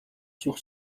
sur